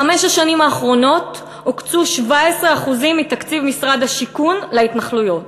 בחמש השנים האחרונות הוקצו 17% מתקציב משרד השיכון להתנחלויות,